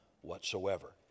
whatsoever